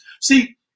See